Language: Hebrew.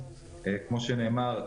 כמו שנאמר,